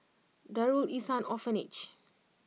Darul Ihsan Orphanage